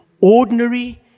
ordinary